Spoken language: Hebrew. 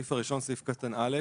הסעיף הראשון, סעיף קטן (א)